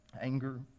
anger